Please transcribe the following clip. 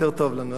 יותר טוב לנו,